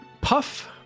puff